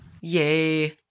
Yay